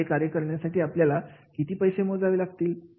एखादे कार्य करण्यासाठी आपल्याला किती पैसे मोजावे लागतात